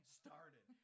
started